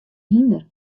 hynder